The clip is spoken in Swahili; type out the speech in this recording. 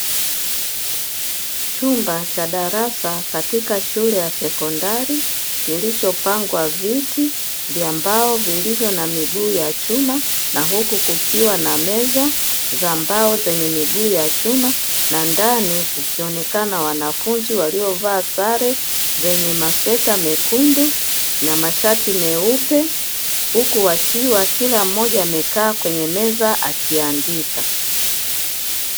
Chumba cha darasa katika shule ya sekondari kilichopangwa viti vya mbao vilivyo na miguu ya chuma, na huku kukiwa na meza za mbao zenye miguu ya chuma, na ndani kukionekana wanafunzi waliovaa sare zenye ma sweta mekundu na mashati meupe huku wakiwa kila mmoja amekaa kwenye meza akiandika.